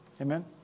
Amen